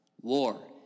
War